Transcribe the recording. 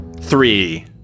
Three